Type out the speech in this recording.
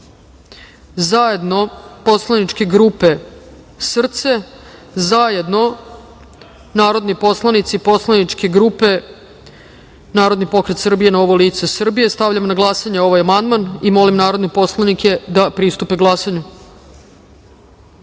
zajedno poslaničke grupe SRCE, kao i zajedno narodni poslanici poslaničke grupe Narodni pokret Srbije – Novo lice Srbije. Stavljam na glasanje ovaj amandman. Molim narodne poslanike da glasaju. Zaključujem